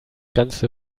ganze